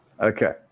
Okay